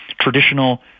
traditional